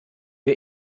wir